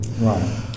Right